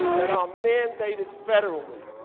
that our mandate is federally,